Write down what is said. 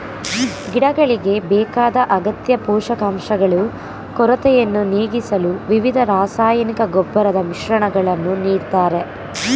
ಗಿಡಗಳಿಗೆ ಬೇಕಾದ ಅಗತ್ಯ ಪೋಷಕಾಂಶಗಳು ಕೊರತೆಯನ್ನು ನೀಗಿಸಲು ವಿವಿಧ ರಾಸಾಯನಿಕ ಗೊಬ್ಬರದ ಮಿಶ್ರಣಗಳನ್ನು ನೀಡ್ತಾರೆ